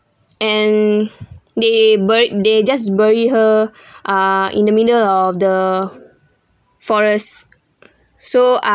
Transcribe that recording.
and they bur~ they just bury her uh in the middle of the forest so uh